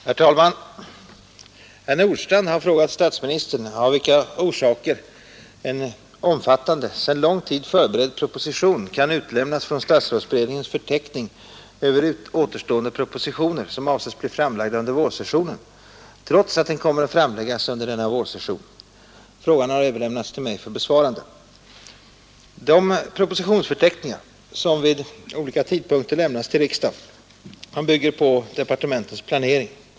Herr talman! Herr Nordstrandh har frågat statsministern av vilka orsaker en omfattande, sedan lång tid förberedd proposition kan utelämnas från statsrådsberedningens förteckning över återstående propositioner som avses bli framlagda under vårsessionen, trots att den kommer att framläggas under denna vårsession. Frågan har överlämnats till mig för besvarande. De propositionsförteckningar som vid skilda tidpunkter lämnas till riksdagen bygger på departementens planering.